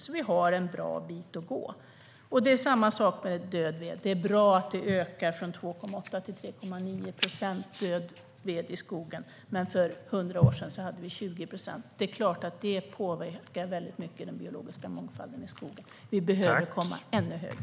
Vi har alltså en bra bit att gå. Det är samma sak med död ved. Det är bra att död ved i skogen ökar från 2,8 till 3,9 procent, men för hundra år sedan hade vi 20 procent. Det är klart att det påverkar den biologiska mångfalden i skogen väldigt mycket. Vi behöver komma ännu högre.